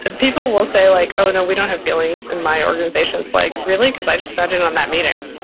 ah people will say like, oh no, we don't have feelings in my organization's like really? because i just sat in on that meeting.